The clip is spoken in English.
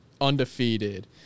undefeated